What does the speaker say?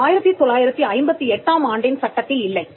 இது 1958 ஆம் ஆண்டின் சட்டத்தில் இல்லை